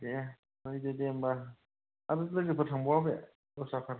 दे फैदोदे होमबा आरो लोगोफोर थांबावा बे दस्राफोर